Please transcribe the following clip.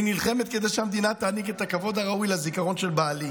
אני נלחמת כדי שהמדינה תעניק את הכבוד הראוי לזיכרון של בעלי.